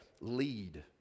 lead